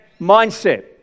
mindset